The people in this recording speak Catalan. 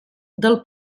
del